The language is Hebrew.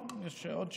יש לי עוד שאילתה.